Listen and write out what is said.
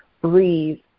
breathe